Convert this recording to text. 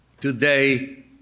today